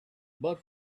but